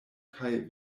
kaj